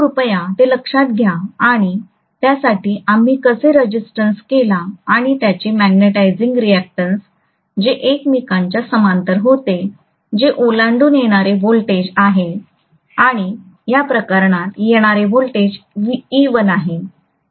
तर कृपया ते लक्षात घ्या आणि त्यासाठी आम्ही कसे रेजिस्टन्स केला आणि त्याचे मॅग्नेटिझिंग रिऍक्टन्स जे एकमेकांच्या समांतर होते जे ओलांडून येणारे व्होल्टेज आहे आणि या प्रकरणात येणारे व्होल्टेज e1 आहे